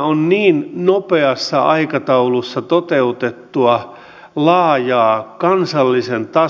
täällä jo aiemmin sisäministeriön hallinnonalalla keskusteltiin siitä mitä